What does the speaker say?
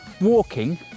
walking